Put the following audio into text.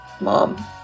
Mom